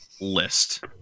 list